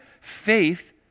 faith